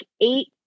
eight